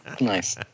nice